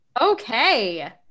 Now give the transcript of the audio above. Okay